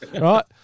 right